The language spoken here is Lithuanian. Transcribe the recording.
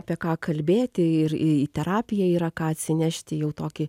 apie ką kalbėti ir į terapiją yra ką atsinešti jau tokį